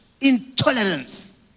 intolerance